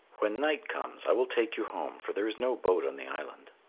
when night comes, i will take you home, for there is no boat on the island.